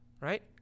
right